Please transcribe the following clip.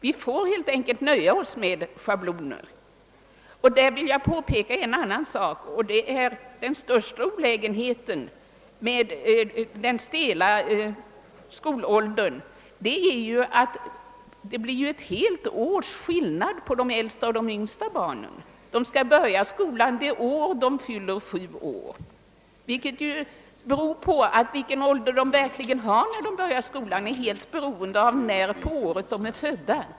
Vi får helt enkelt nöja oss med schabloner. I detta sammanhang vill jag påpeka en annan sak. Den största olägenheten med den stela skolåldern är att det blir ett helt års skillnad mellan de äldsta och de yngsta barnen. De skall börja skolan det år de fyller sju år. Den ålder de verkligen har när de börjar skolan beror alltså på när på året de är födda.